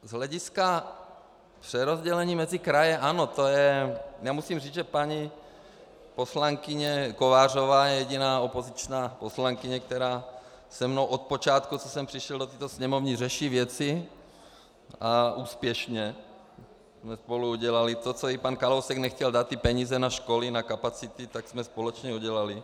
Z hlediska přerozdělení mezi kraje ano, já musím říci, že paní poslankyně Kovářová je jediná opoziční poslankyně, která se mnou od počátku, co jsem přišel do této Sněmovny, řeší se mnou věci a úspěšně jsme spolu udělali to, co i pan Kalousek nechtěl dát, peníze na školy, na kapacity, tak jsme společně udělali.